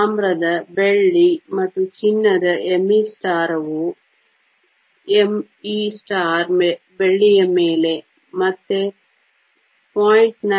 ತಾಮ್ರದ ಬೆಳ್ಳಿ ಮತ್ತು ಚಿನ್ನದ me ವು me ಬೆಳ್ಳಿಯ ಮೇಲೆ ಮತ್ತೆ 0